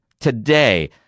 today